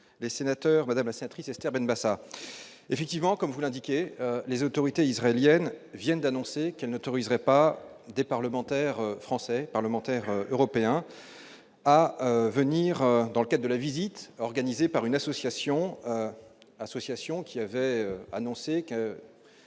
les sénateurs, Madame Massin tristesse termine ça effectivement, comme vous l'indiquez, les autorités israéliennes viennent d'annoncer qu'elle n'autoriserait pas des parlementaires français parlementaires européens à venir dans le cas de la visite organisée par une association, association qui avait annoncé